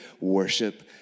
worship